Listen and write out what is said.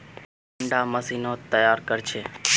कुंडा मशीनोत तैयार कोर छै?